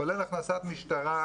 כולל הכנסת משטרה,